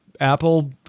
Apple